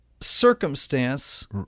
circumstance